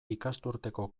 ikasturteko